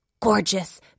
Gorgeous